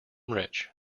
rich